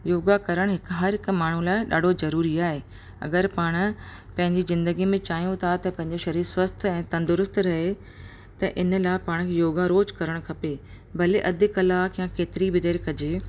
योगा करण हिकु हर हिकु माण्हू लाइ ॾाढो ज़रूरी आहे अगरि पाण पंहिंजी ज़िंदगी में चाहियूं था त पंहिंजो शरीर स्वस्थ ऐं तंदुरुस्तु रहे त इन लाइ पाण योगा रोज़ु करणु खपे भले अध कलाक या केतिरी बि देरि कजे